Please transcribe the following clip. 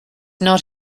not